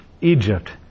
Egypt